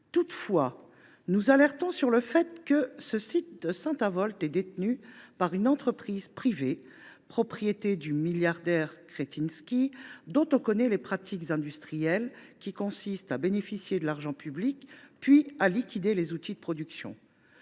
chers collègues, sur le fait que le site de Saint Avold est détenu par une entreprise privée, propriété du milliardaire Kretinsky, dont on connaît les pratiques industrielles, à savoir toucher l’argent public puis liquider les outils de production.